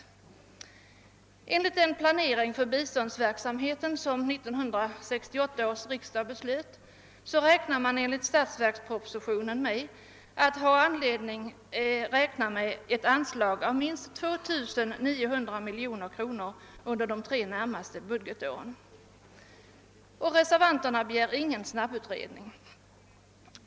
På grundval av den planering för biståndsverksamheten som 1968 års riksdag beslöt räknar man enligt statsverkspropositionen med att det finns anledning utgå från ett anslag på minst 2 900 miljoner kronor under de närmaste tre budgetåren, och reservanterna begär ingen snabbutredning.